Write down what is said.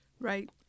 Right